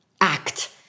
act